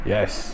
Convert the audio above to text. Yes